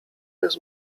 jest